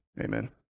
Amen